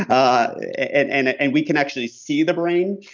um and and and we can actually see the brain.